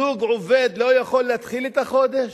זוג עובד לא יכול להתחיל את החודש?